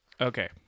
okay